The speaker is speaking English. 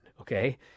okay